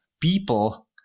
people